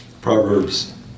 Proverbs